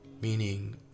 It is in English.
Meaning